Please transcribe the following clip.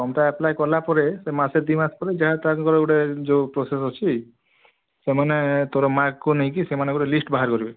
ଫର୍ମଟା apply କଲାପରେ ସେ ମାସେ ଦୁଇ ମାସେ ପରେ ଯାହା ତାଙ୍କର ଯୋଉ ଗୋଟେ ପ୍ରୋସେସ୍ ଅଛି ସେମାନେ ତୋର ମାର୍କକୁ ନେଇକି ସେମାନେ ଗୋଟେ ଲିଷ୍ଟ ବାହାର କରିବେ